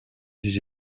des